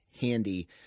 handy